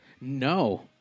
No